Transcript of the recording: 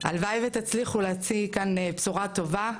הלוואי ותצליחו להציג כאן בשורה טובה,